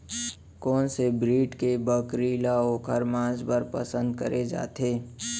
कोन से ब्रीड के बकरी ला ओखर माँस बर पसंद करे जाथे?